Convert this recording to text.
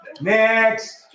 Next